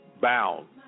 bound